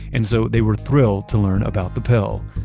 and so they were thrilled to learn about the pill.